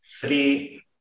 three